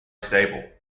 stable